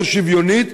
יותר שוויונית,